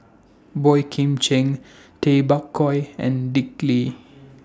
Boey Kim Cheng Tay Bak Koi and Dick Lee